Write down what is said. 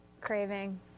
Craving